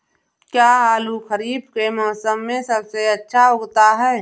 क्या आलू खरीफ के मौसम में सबसे अच्छा उगता है?